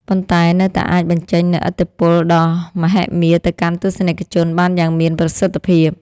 ប៉ុន្តែនៅតែអាចបញ្ចេញនូវឥទ្ធិពលដ៏មហិមាទៅកាន់ទស្សនិកជនបានយ៉ាងមានប្រសិទ្ធភាព។